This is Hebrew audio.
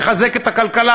לחזק את הכלכלה,